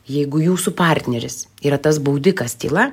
jeigu jūsų partneris yra tas baudikas tyla